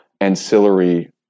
ancillary